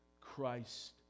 Christ